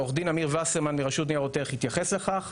עו"ד אמיר וסרמן מרשות ני"ע יתייחס לכך.